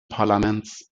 parlaments